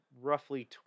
roughly